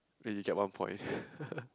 really get one point